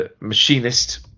machinist